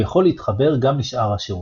הוא יכול להתחבר גם לשאר השירותים.